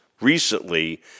Recently